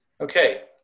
Okay